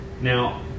Now